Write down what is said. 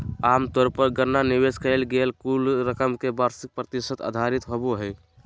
आमतौर पर गणना निवेश कइल गेल कुल रकम के वार्षिक प्रतिशत आधारित होबो हइ